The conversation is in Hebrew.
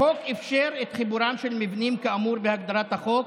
החוק אפשר את חיבורם של מבנים כאמור בהגדרת החוק